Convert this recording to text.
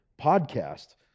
podcast